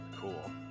Cool